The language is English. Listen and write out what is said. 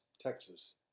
Texas